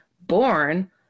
born